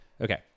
Okay